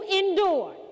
endure